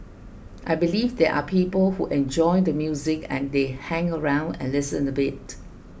I believe there are people who enjoy the music and they hang around and listen a bit